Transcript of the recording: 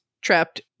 trapped